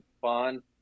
fun